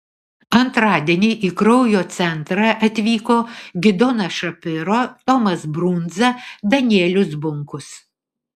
antradienį į kraujo centrą atvyko gidonas šapiro tomas brundza danielius bunkus